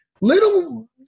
little